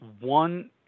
one